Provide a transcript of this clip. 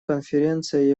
конференция